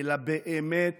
אלא באמת